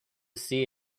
see